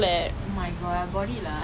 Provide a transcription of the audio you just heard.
ya that's why